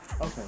Okay